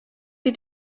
wie